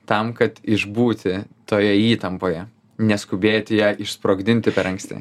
tam kad išbūti toje įtampoje neskubėti ją išsprogdinti per anksti